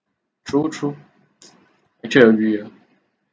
true true actually I agree ya